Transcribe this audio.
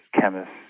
chemists